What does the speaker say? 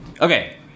Okay